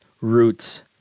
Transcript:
Roots